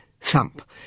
Thump